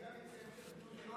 אדוני היושב-ראש,